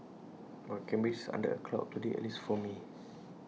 but Cambridge is under A cloud today at least for me